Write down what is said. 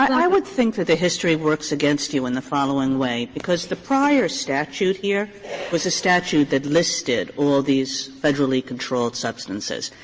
i would think that the history works against you in the following way because the prior statute here was a statute that listed all these federally controlled substances.